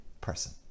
person